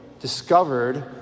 discovered